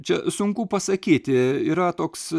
čia sunku pasakyti yra toks